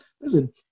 Listen